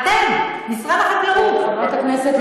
אתם, משרד החקלאות.